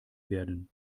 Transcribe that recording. werden